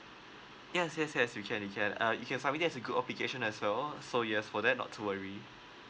yes yes yes you can you can uh you can submit that's good obligation as well so yes for that not to worry